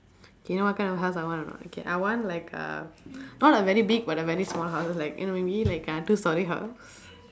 K you know what kind of house I want or not okay I want like uh not a very big but a very small house like you know maybe like a two storey house